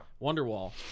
Wonderwall